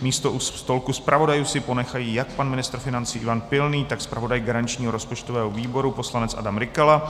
Místo u stolku zpravodajů si ponechají jak pan ministr financí Ivan Pilný, tak zpravodaj garančního rozpočtového výboru poslanec Adam Rykala.